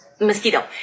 mosquito